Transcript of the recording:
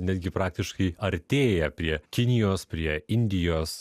netgi praktiškai artėja prie kinijos prie indijos